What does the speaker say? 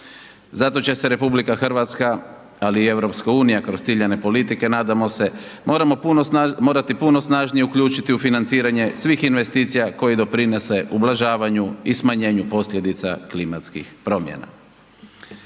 Zato će se RH, ali i EU kroz ciljane politike, nadamo se, morati puno snažnije uključiti u financiranje svih investicija koje doprinose ublažavanju i smanjenju posljedica klimatskih promjena.